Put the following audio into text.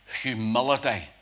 Humility